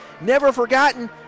never-forgotten